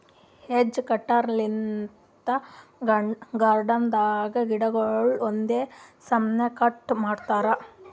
hedge cutter length garden ದಾಗ್ ಗಿಡಗೊಳ್ ಒಂದೇ ಸೌನ್ ಕಟ್ ಮಾಡ್ತಾರಾ